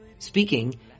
Speaking